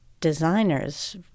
designers